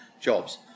jobs